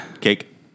Cake